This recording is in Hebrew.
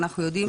אנחנו יודעים